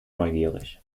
neugierig